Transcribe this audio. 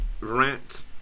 rat